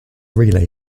relay